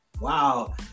Wow